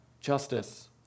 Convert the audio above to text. justice